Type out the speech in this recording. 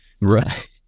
Right